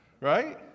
Right